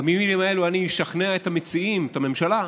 במילים האלו אני אשכנע את המציעים, את הממשלה,